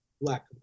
Black